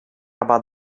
about